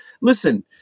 Listen